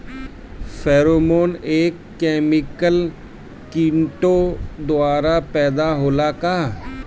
Pheromone एक chemical किटो द्वारा पैदा होला का?